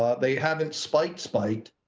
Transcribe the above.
ah they haven't spiked, spiked,